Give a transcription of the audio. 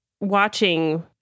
watching